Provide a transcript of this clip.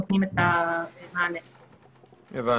התפעול של כל האופרציה הזו נמצא בנוהל משרד הבריאות לפי סעיף 10. את